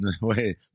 Wait